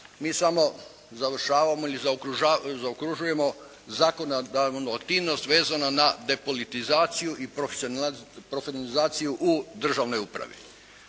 mi samo završavamo ili zaokružujemo zakonodavnu aktivnost vezanu na depolitizaciju i profesionalizaciju u državnoj upravi.